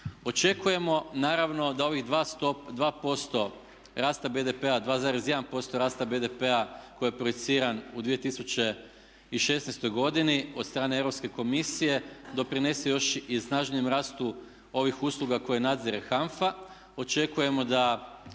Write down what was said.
Očekujemo naravno da ovih 2% rasta BDP-a, 2,1% rasta BDP-a koji je projiciran u 2016.godini od strane Europske komisije doprinese još i snažnijem rastu ovih usluga koje nadzire HANFA.